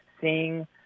seeing